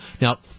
Now